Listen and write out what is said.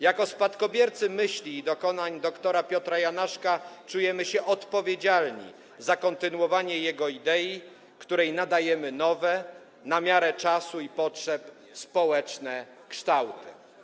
Jako spadkobiercy myśli i dokonań dr. Piotra Janaszka czujemy się odpowiedzialni za kontynuowanie jego idei, której nadajemy nowe, na miarę czasu i potrzeb, społeczne kształty.